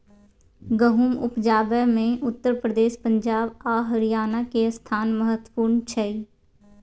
गहुम उपजाबै मे उत्तर प्रदेश, पंजाब आ हरियाणा के स्थान महत्वपूर्ण छइ